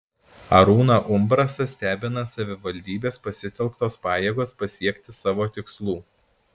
arūną umbrasą stebina savivaldybės pasitelktos pajėgos pasiekti savo tikslų